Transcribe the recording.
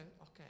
okay